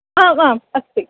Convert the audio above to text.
आव् आम् अस्ति